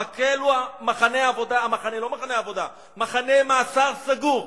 המקל הוא מחנה מאסר סגור,